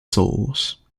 souls